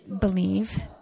believe